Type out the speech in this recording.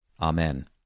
Amen